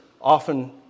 often